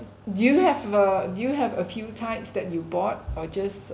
do you have uh do you have a few types that you bought or just